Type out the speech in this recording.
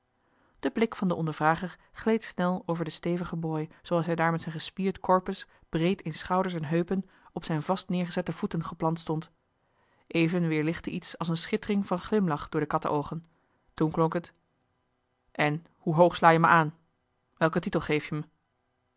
de blik van den ondervrager gleed snel over den stevigen boy zooals hij daar met zijn gespierd korpus breed in schouders en heupen op zijn vast neergezette voeten geplant stond even weerlichtte iets als een joh h been paddeltje de scheepsjongen van michiel de ruijter schittering van glimlach door de kattenoogen toen klonk het en hoe hoog sla je me aan welken titel geef je me